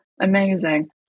Amazing